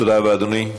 תודה רבה, אדוני.